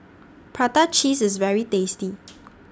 Prata Cheese IS very tasty